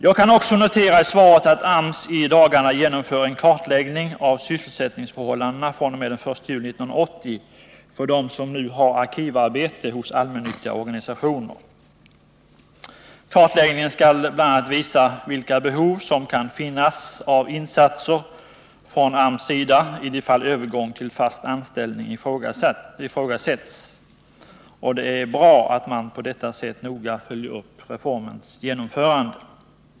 Jag kan också notera i svaret att AMS i dagarna genomför en kartläggning av sysselsättningsförhållandena fr.o.m. den 1 juli 1980 för dem som nu har arkivarbete hos allmännyttiga organisationer. Kartläggningen skall bl.a. visa vilka behov som kan finnas av insatser från AMS i de fall övergång till fast anställning ifrågasätts. Det är bra att man på detta sätt noga följer upp reformens genomförande.